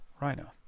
Rhino